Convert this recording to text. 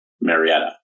Marietta